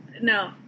No